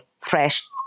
fresh